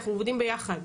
אנחנו עובדים ביחד.